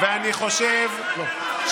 למי החוק הזה?